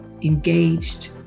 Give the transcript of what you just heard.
engaged